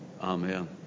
Amen